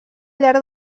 llarg